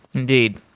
indeed.